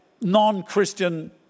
non-Christian